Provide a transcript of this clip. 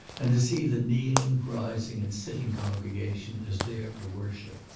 and to see the kneeling, rising and sitting congregation as there for worship.